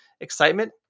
Excitement